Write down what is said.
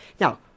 Now